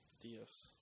Dios